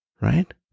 right